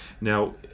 Now